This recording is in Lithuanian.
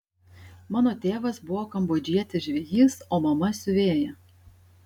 mano tėvas buvo kambodžietis žvejys o mama siuvėja